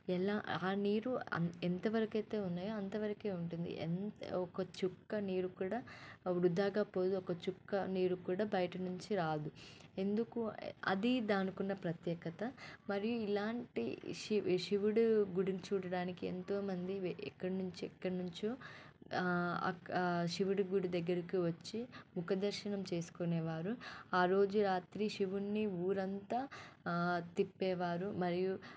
ఎలా ఆ నీరు అంత ఎంత వరకైతే ఉన్నాయో అంతవరకే ఉంటుంది ఎంత ఒక చుక్క నీరు కూడా వృధాగా పోదు ఒక చుక్క నీరు కూడా బయట నుంచి రాదు ఎందుకు అది దానికున్న ప్రత్యేకత మరియు ఇలాంటి శి శివుడు గుడిని చూడడానికి ఎంతోమంది ఎక్కడినుంచి ఎక్కడినుంచో అక ఆ శివుడు గుడి దగ్గరికి వచ్చి ముఖ దర్శనం చేసుకునేవారు ఆ రోజు రాత్రి శివుణ్ణి ఊరంతా తిప్పేవారు మరియు